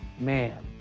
man,